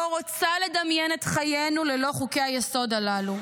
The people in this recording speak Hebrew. אני לא רוצה לדמיין את חיינו ללא חוקי היסוד הללו.